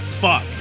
fuck